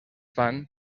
fan